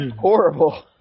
horrible